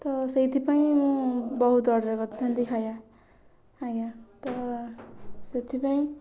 ତ ସେଇଥିପାଇଁ ମୁଁ ବହୁତ ଅର୍ଡ଼ର୍ କରିଥାନ୍ତି ଖାଇବା ଆଜ୍ଞା ତ ସେଥିପାଇଁ